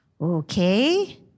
okay